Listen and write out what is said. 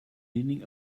leaning